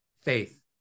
Faith